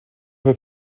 her